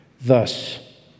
thus